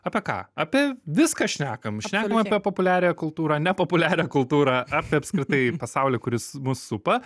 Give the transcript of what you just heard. apie ką apie viską šnekam šnekam apie populiariąją kultūrą ne populiarią kultūrą apie apskritai pasaulį kuris mus supa